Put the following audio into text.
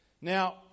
Now